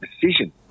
decision